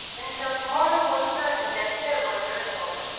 and felt more and more certain that there was her home.